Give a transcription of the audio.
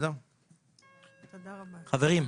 חברים,